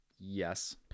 Yes